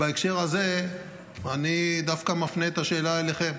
בהקשר הזה אני דווקא מפנה את השאלה אליכם: